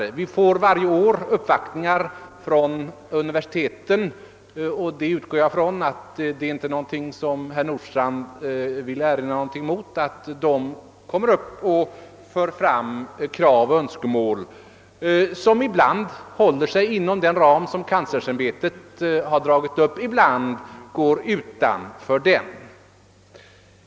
Departementet får varje år uppvaktningar från universiteten — jag förutsätter att det inte är någonting som herr Nordstrandh vill erinra mot, att man kommer upp till oss och framför krav och önskemål som ibland håller sig inom den ram som kanslersämbetet har dragit upp, ibland går utanför den.